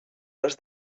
les